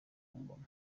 ingoma